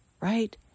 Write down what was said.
right